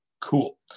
Cool